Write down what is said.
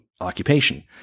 occupation